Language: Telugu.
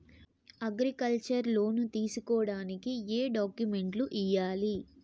అగ్రికల్చర్ లోను తీసుకోడానికి ఏం డాక్యుమెంట్లు ఇయ్యాలి?